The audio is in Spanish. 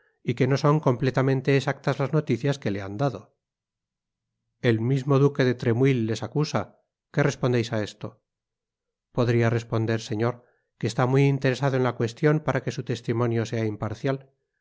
y que no son completamente exactas las noticias que le han dado el mismo duque de la tremouille les acusa qué respondeis á esto podría responder señor que está muy interesado en la cuestion para que su testimonio sea imparcial